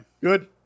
Good